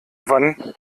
wann